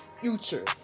future